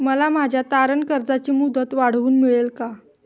मला माझ्या तारण कर्जाची मुदत वाढवून मिळेल का?